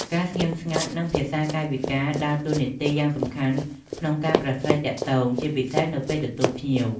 ការស្ងៀមស្ងាត់ និងភាសាកាយវិការដើរតួនាទីយ៉ាងសំខាន់ក្នុងការប្រាស្រ័យទាក់ទង ជាពិសេសនៅពេលទទួលភ្ញៀវ។